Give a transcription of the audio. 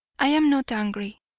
i am not angry.